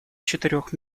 четырех